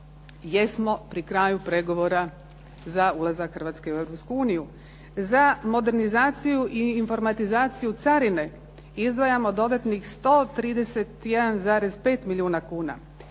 jesmo pri kraju pregovora za ulazak Hrvatske u Europsku uniju. Za modernizaciju i informatizaciju carine izdvajamo dodatnih 131,5 milijuna kuna.